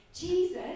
Jesus